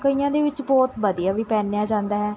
ਕਈਆਂ ਦੇ ਵਿੱਚ ਬਹੁਤ ਵਧੀਆ ਵੀ ਪਹਿਨਿਆ ਜਾਂਦਾ ਹੈ